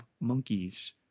Monkeys